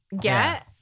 get